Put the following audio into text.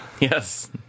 Yes